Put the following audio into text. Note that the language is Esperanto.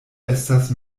estas